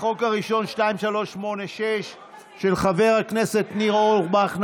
החוק הראשון, פ/2386/24, של חבר הכנסת ניר אורבך.